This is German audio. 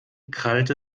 krallte